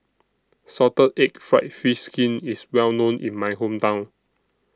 Salted Egg Fried Fish Skin IS Well known in My Hometown